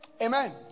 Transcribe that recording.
Amen